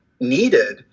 needed